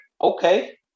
okay